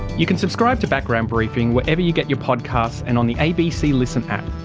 you can subscribe to background briefing wherever you get your podcasts, and on the abc listen app.